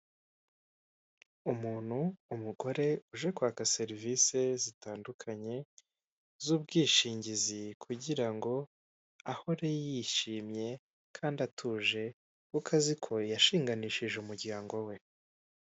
Umuntu umugore uje kwaka serivise zitandukanye z'ubwishingizi kugirango ahore yishimye kandi atuje, kuko azi ko yashinganishije umuryango we.